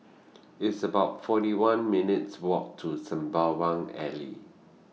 It's about forty one minutes' Walk to Sembawang Alley